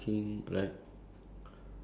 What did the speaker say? how do you put this in a nice way